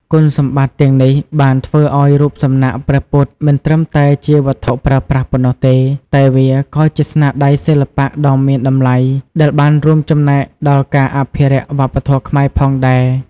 គុណសម្បត្តិទាំងនេះបានធ្វើឱ្យរូបសំណាកព្រះពុទ្ធមិនត្រឹមតែជាវត្ថុប្រើប្រាស់ប៉ុណ្ណោះទេ តែវាក៏ជាស្នាដៃសិល្បៈដ៏មានតម្លៃដែលបានរួមចំណែកដល់ការអភិរក្សវប្បធម៌ខ្មែរផងដែរ។